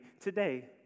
today